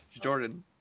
Jordan